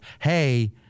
hey